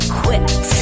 quit